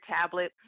tablet